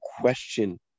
question